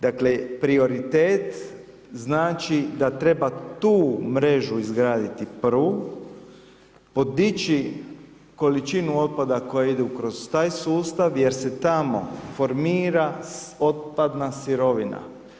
Dakle, prioritet znači da treba tu mrežu izgraditi prvu, podići količinu otpada koja idu kroz taj sustav jer se tamo formira otpadna sirovina.